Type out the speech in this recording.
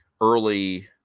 early